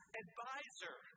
advisor